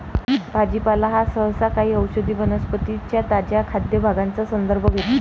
भाजीपाला हा सहसा काही औषधी वनस्पतीं च्या ताज्या खाद्य भागांचा संदर्भ घेतो